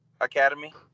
Academy